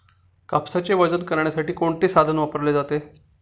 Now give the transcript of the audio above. कापसाचे वजन करण्यासाठी कोणते साधन वापरले जाते?